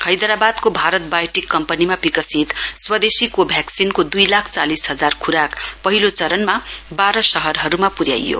हैदराबादको Bharat Biotech कम्पनीमा विकसित स्वदेशी कोभ्याक्सिनको दुई लाख चालिस हजार ख्राक पहिलो चरणमा बाह्र शहरहरूमा प्र्याइयो